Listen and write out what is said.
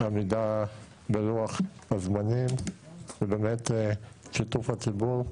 עמידה בלוח זמנים ובאמת היה שיתוף ציבור.